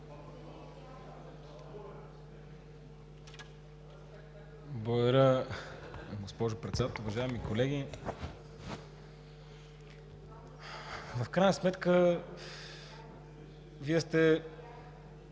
Благодаря, госпожо Председател. Уважаеми колеги! В крайна сметка Вие сте